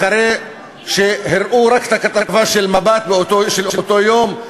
אחרי שהראו רק את הכתבה של "מבט" של אותו יום,